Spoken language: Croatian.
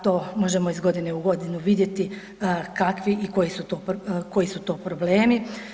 To možemo iz godine u godinu vidjeti kakvi i koji su to problemi.